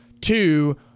two